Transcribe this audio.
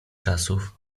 czasów